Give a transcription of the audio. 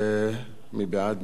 מי בעד,